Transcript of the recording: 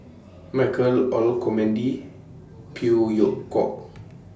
Michael Olcomendy Phey Yew Kok